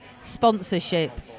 sponsorship